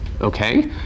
Okay